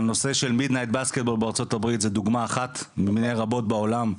הנושא של כדורסל של חצות בארצות הברית זו דוגמא אחת מני רבות בעולם.